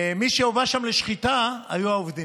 מי שהובל שם לשחיטה היו העובדים.